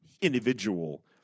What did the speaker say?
individual